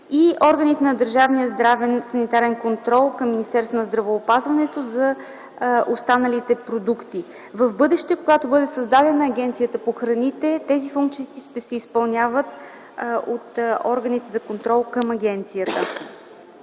и органите на Държавния здравен санитарен контрол към Министерството на здравеопазването – за останалите продукти. В бъдеще, когато бъде създадена Агенцията по храните, тези функции ще се изпълняват от органите за контрол към нея.